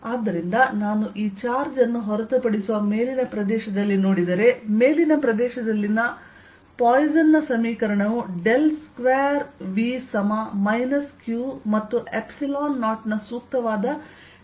ಆದ್ದರಿಂದ ನಾನು ಈ ಚಾರ್ಜ್ ಅನ್ನು ಹೊರತುಪಡಿಸುವ ಮೇಲಿನ ಪ್ರದೇಶದಲ್ಲಿ ನೋಡಿದರೆ ಮೇಲಿನ ಪ್ರದೇಶದಲ್ಲಿನ ಪಾಯ್ಸನ್ ನ ಸಮೀಕರಣವು ಡೆಲ್ ಸ್ಕ್ವೇರ್ V q ಮತ್ತು0ನಸೂಕ್ತವಾದ ಡೆಲ್ಟಾ ಫಂಕ್ಶನ್